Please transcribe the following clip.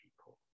people